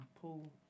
pull